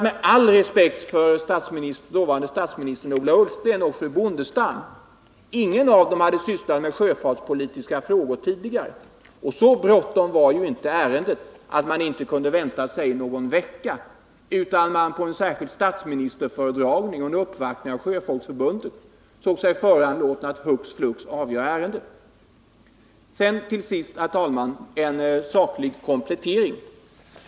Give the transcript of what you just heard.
Med all respekt för dåvarande statsministern Ola Ullsten och fru Bondestam vill jag erinra om att ingen av dem hade sysslat med sjöfartspolitiska frågor tidigare. Och så brådskande var inte ärendet att man inte kunde vänta någon vecka utan att man på en särskild statsministerföredragning och efter en uppvaktning av Sjöfolksförbundet såg sig föranlåten att hux flux avgöra ärendet. Till sist, herr talman, en saklig komplettering.